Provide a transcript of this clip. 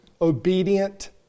obedient